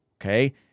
okay